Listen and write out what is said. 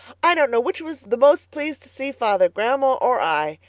i don't know which was the most pleased to see father, grandma or i,